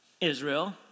Israel